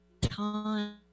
time